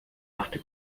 machte